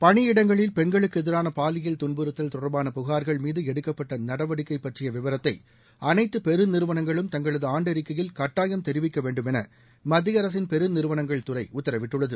பணி இடங்களில் பெண்களுக்கு எதிரான பாலியல் துன்புறுத்தல் தொடர்பான புகார்கள் மீது எடுக்கப்பட்ட நடவடிக்கை பற்றிய விவரத்தை அனைத்து பெரு நிறுவனங்களும் தங்களது ஆண்டறிக்கையில் கட்டாயம் தெரிவிக்க வேண்டுமேன மத்திய அரசின் பெரு நிறுவனங்கள் துறை உத்தரவிட்டுள்ளது